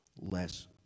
less